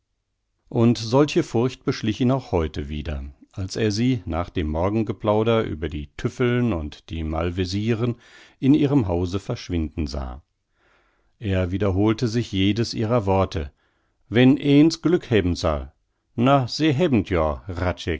und solche furcht beschlich ihn auch heute wieder als er sie nach dem morgengeplauder über die tüffeln und die malvesieren in ihrem hause verschwinden sah er wiederholte sich jedes ihrer worte wenn een's glück hebben sall na se